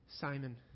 Simon